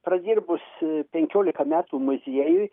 pradirbus penkiolika metų muziejuj